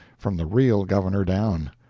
from the real governor down.